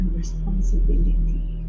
responsibility